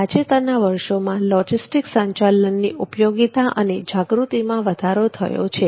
તાજેતરના વર્ષોમાં લોજિસ્ટિક સંચાલનની ઉપયોગીતા અને જાગૃતિમાં વધારો થયો છે